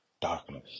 darkness